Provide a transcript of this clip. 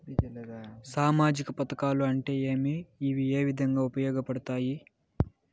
సామాజిక పథకాలు అంటే ఏమి? ఇవి ఏ విధంగా ఉపయోగపడతాయి పడతాయి?